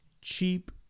cheap